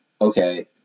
okay